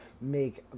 make